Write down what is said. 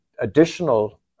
additional